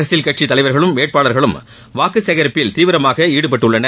அரசியல் கட்சித் தலைவர்களும் வேட்பாளர்களும் வாக்கு சேகரிப்பில் தீவிரமாக ஈடுபட்டுள்ளனர்